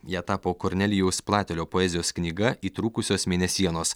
ja tapo kornelijaus platelio poezijos knyga įtrūkusios mėnesienos